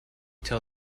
till